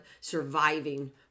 surviving